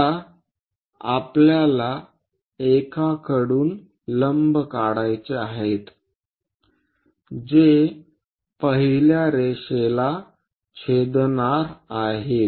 आता आपल्याला एकाकडून लंब काढायचे आहे जे पहिल्या रेषाला छेदणार आहेत